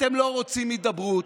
אתם לא רוצים הידברות.